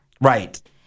Right